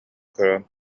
көрөн